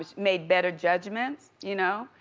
made better judgements, you know?